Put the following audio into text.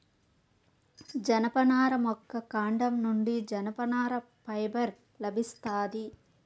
జనపనార మొక్క కాండం నుండి జనపనార ఫైబర్ లభిస్తాది